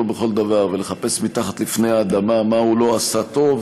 בכל דבר ולחפש מתחת לפני האדמה מה הוא לא עשה טוב,